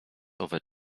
owe